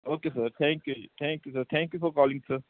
okay sir thank you ji thank you sir thank you for calling sir